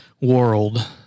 world